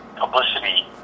publicity